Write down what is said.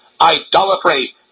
idolatry